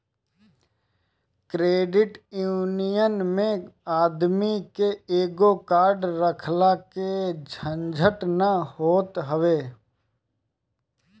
credit union मे आदमी के दूगो कार्ड रखला के झंझट ना होत हवे